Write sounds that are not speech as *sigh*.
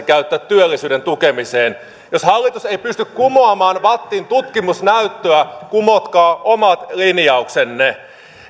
*unintelligible* käyttää työllisyyden tukemiseen jos hallitus ei pysty kumoamaan vattin tutkimusnäyttöä kumotkaa omat linjauksenne